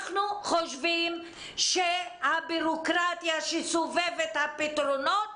חושבים שהבירוקרטיה שסובבת את הפתרונות